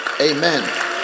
Amen